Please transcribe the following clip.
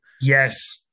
Yes